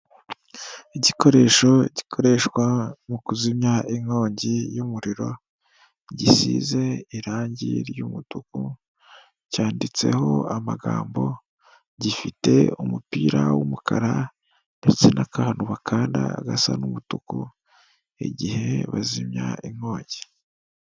Igikoresho gikoreshwa mu kuzimya inkongi y'umuriro gisize irangi ry'umutuku cyanditseho amagambo gifite umupira w'umukara ndetse n'akantu bakanda gasa n'umutuku igihe bazimya inkongi.